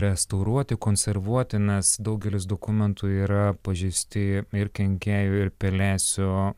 restauruoti konservuoti nes daugelis dokumentų yra pažeisti kenkėjų ir pelėsio